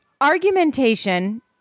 Argumentation